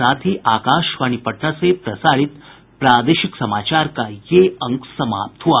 इसके साथ ही आकाशवाणी पटना से प्रसारित प्रादेशिक समाचार का ये अंक समाप्त हुआ